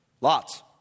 lots